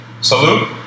Salute